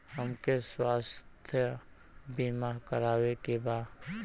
हमके स्वास्थ्य बीमा करावे के बा?